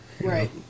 Right